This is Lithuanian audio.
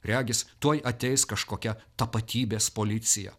regis tuoj ateis kažkokia tapatybės policija